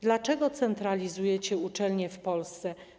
Dlaczego centralizujecie uczelnie w Polsce?